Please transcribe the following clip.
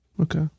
Okay